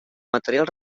material